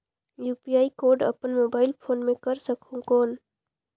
UPI code अपन mobile phone मे कर सकहुं कौन?